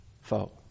foe